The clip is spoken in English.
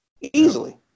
easily